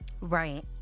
Right